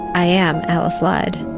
i am alice lied.